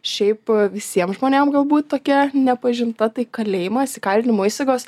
šiaip visies žmonės galbūt tokia nepažinta tai kalėjimas įkalinimo įstaigos